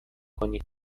کنید